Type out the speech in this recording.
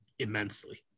immensely